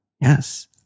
Yes